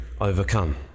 overcome